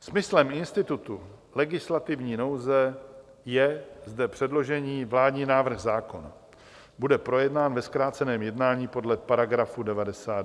Smyslem institutu legislativní nouze je, že předložený vládní návrh zákona bude projednán ve zkráceném jednání podle § 99.